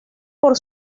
por